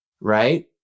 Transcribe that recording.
right